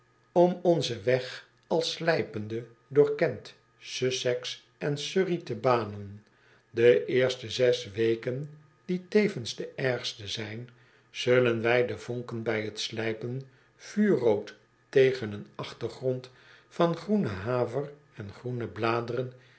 om onzen weg al slijpende door kent sussex en surreyte banen de eerste zes weken die tevens de ergste zijn zullen wij de vonken bij t slijpen vuurrood tegen een achtergrond van groene haver en groene bladeren